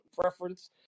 preference